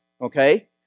okay